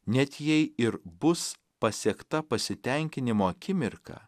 net jei ir bus pasiekta pasitenkinimo akimirka